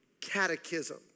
Catechism